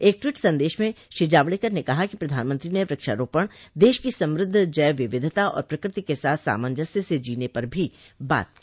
एक ट्वीट संदेश म श्री जावड़ेकर ने कहा कि प्रधानमंत्री ने व्रक्षारोपण देश की समृद्ध जैव विविधता और प्रकृति के साथ सामंजस्य से जीने पर भी बात की